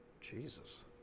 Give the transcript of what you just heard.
Jesus